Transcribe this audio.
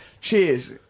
Cheers